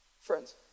Friends